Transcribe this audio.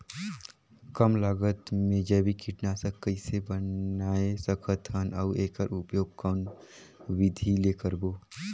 कम लागत मे जैविक कीटनाशक कइसे बनाय सकत हन अउ एकर उपयोग कौन विधि ले करबो?